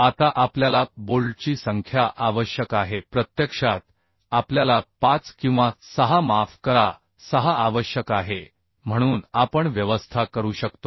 आता आपल्याला बोल्टची संख्या आवश्यक आहे प्रत्यक्षात आपल्याला 5 किंवा 6 माफ करा 6 आवश्यक आहे म्हणून आपण व्यवस्था करू शकतो